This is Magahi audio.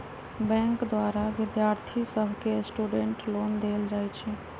बैंक द्वारा विद्यार्थि सभके स्टूडेंट लोन देल जाइ छइ